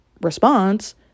response